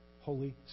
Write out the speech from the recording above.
Holy